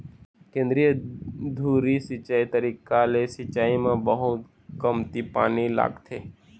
केंद्रीय धुरी सिंचई तरीका ले सिंचाई म बहुत कमती पानी लागथे